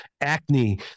Acne